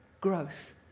growth